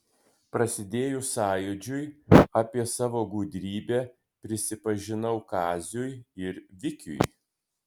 prasidėjus sąjūdžiui apie savo gudrybę prisipažinau kaziui ir vikiui